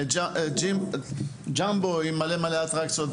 ג'אמבו עם מלא אטרקציות,